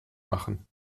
machen